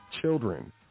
children